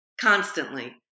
constantly